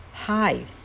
Hi